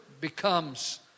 becomes